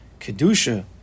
kedusha